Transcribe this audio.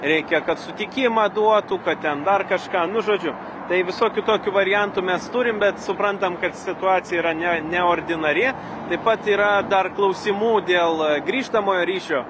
reikia kad sutikimą duotų kad ten dar kažką nu žodžiu tai visokių tokių variantų mes turim bet suprantam kad situacija yra ne neordinari taip pat yra dar klausimų dėl grįžtamojo ryšio